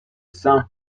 sang